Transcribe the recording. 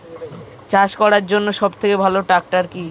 চাষ করার জন্য সবথেকে ভালো ট্র্যাক্টর কি?